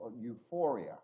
euphoria